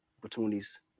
opportunities